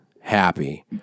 happy